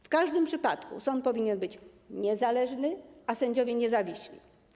W każdym przypadku sąd powinien być niezależny, a sędziowie niezawiśli.